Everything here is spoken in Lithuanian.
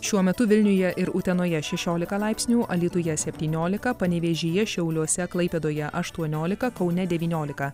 šiuo metu vilniuje ir utenoje šešiolika laipsnių alytuje septyniolika panevėžyje šiauliuose klaipėdoje aštuoniolika kaune devyniolika